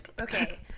Okay